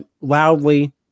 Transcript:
loudly